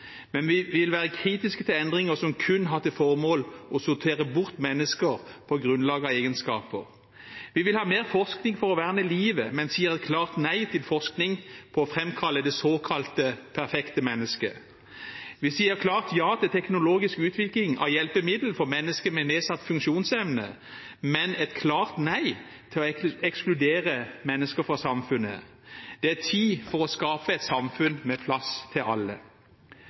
men vi vil være kritiske til endringer som kun har som formål å sortere bort mennesker på grunnlag av egenskaper. Vi vil ha mer forskning for å verne livet, men sier klart nei til forskning for å framkalle det såkalte perfekte menneske. Vi sier klart ja til teknologisk utvikling av hjelpemidler for mennesker med nedsatt funksjonsevne, men et klart nei til å ekskludere mennesker fra samfunnet. Det er tid for å skape et samfunn med plass til alle.